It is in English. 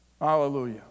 Hallelujah